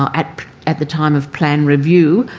um at at the time of plan review,